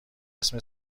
اسم